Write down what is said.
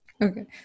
Okay